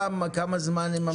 כמה זמן הן ממתינות?